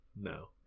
No